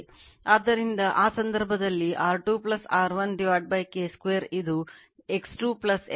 ಆದ್ದರಿಂದ ಆ ಸಂದರ್ಭದಲ್ಲಿ R2 R1 K 2 ಇದು X2 X1 K 2 ಆಗಿರಬೇಕು